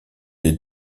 des